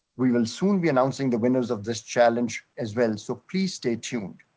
we will soon be announcing the winners of this challenge as well. so please stay tuned